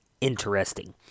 interesting